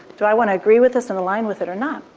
do i want to agree with this and align with it or not?